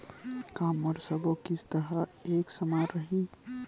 का मोर सबो किस्त ह एक समान रहि?